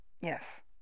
Yes